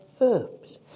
herbs